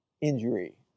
injury